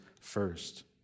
first